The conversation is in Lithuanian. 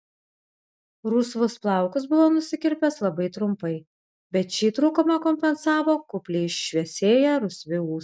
rusvus plaukus buvo nusikirpęs labai trumpai bet šį trūkumą kompensavo kupliai išvešėję rusvi ūsai